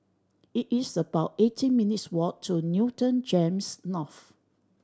it is about eighteen minutes' walk to Newton GEMS North